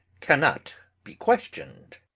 cannot be questioned.